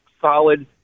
solid